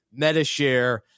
Metashare